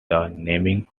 naming